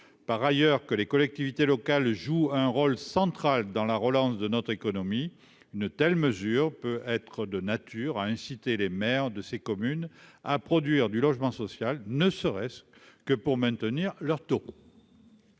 par ailleurs que les collectivités locales jouent un rôle central dans la relance de notre économie, une telle mesure peut être de nature à inciter les maires de ces communes à produire du logement social, ne serait-ce que pour maintenir leur taux.